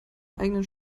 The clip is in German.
eigenen